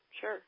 sure